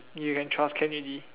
you can trust can already